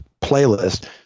playlist